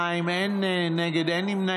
בעד, 42, אין נגד, אין נמנעים.